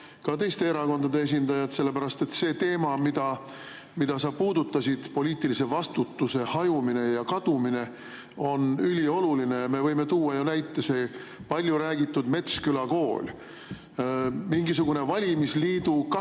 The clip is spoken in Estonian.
ka teiste erakondade esindajad, sest see teema, mida sa puudutasid, poliitilise vastutuse hajumine ja kadumine, on ülioluline. Me võime tuua näite: see palju räägitud Metsküla kool. Mingisugune valimisliidu kakkude